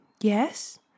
Yes